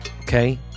Okay